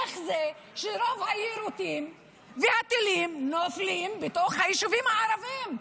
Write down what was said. איך זה שרוב היירוטים והטילים נופלים בתוך היישובים הערביים?